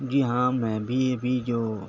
جی ہاں میں بھی ابھی جو